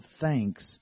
thanks